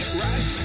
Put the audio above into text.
right